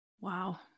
Wow